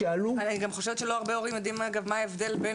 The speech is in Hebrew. אני חושבת שלא הרבה הורים יודעים מה ההבדל בין